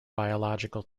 biological